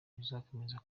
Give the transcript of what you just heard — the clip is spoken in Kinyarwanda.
bizakomeza